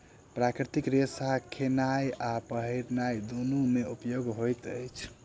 प्राकृतिक रेशा खेनाय आ पहिरनाय दुनू मे उपयोग होइत अछि